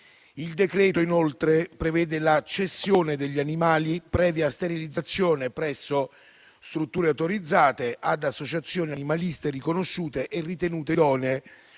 Il decreto, inoltre, prevede la cessione degli animali, previa sterilizzazione, presso strutture autorizzate ad associazioni animaliste riconosciute e ritenute idonee